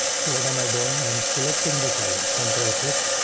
so what am i doing? i'm selecting the columns control click.